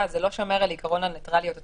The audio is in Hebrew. זה לא שומר על עיקרון הניטרליות הטכנולוגית.